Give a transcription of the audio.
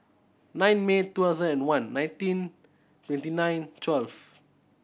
nine May two thousand and one nineteen twenty nine twelve